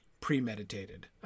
premeditated